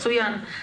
מצוין.